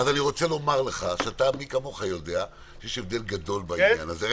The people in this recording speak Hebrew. מי כמוך יודע שיש הבדל גדול בעניין הזה.